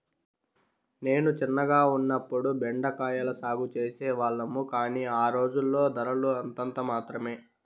నేను చిన్నగా ఉన్నప్పుడు బెండ కాయల సాగు చేసే వాళ్లము, కానీ ఆ రోజుల్లో ధరలు అంతంత మాత్రమె